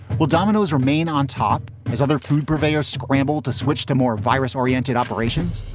well, dominoes remain on top as other food purveyors scramble to switch to more virus oriented operations.